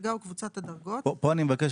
הדרגה או קבוצת הדרגות; פה אני מבקש,